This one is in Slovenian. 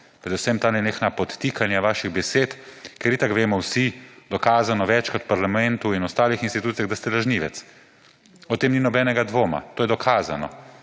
Predvsem ta nenehna podtikanja vaših besed, ker itak vemo vsi, dokazano večkrat v parlamentu in ostalih institucijah, da ste lažnivec. O tem ni nobenega dvoma. To je dokazano.